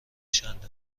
چند